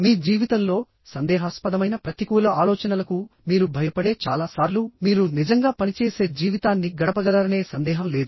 మీ జీవితంలో సందేహాస్పదమైన ప్రతికూల ఆలోచనలకు మీరు భయపడే చాలా సార్లు మీరు నిజంగా పనిచేసే జీవితాన్ని గడపగలరనే సందేహం లేదు